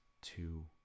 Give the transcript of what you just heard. two